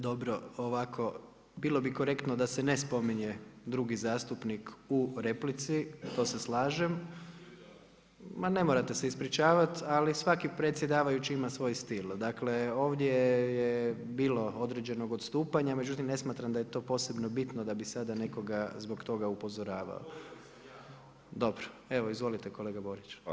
Dobro, ovako, bilo bi korektno da se ne spominje drugi zastupnik u replici, to se slažem. … [[Upadica se ne čuje.]] Ma ne morate se ispričavati ali svaki predsjedavajući ima svoj stil, dakle ovdje je bilo određenog odstupanja, međutim ne smatram da je to posebno bitno da bih sada nekoga zbog toga upozoravao. … [[Upadica se ne čuje.]] Dobro, evo izvolite kolega Borić.